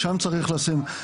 שם צריך לשים.